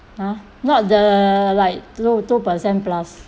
!huh! not the like two two percent plus